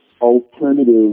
alternative